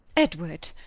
edward.